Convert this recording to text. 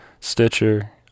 Stitcher